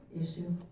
issue